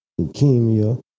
leukemia